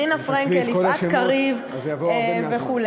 רינה פרנקל, יפעת קריב וכו'.